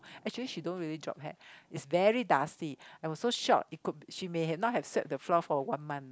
actually she don't really drop hair it's very dusty I'm so shocked it could she may not have swept the floor for one month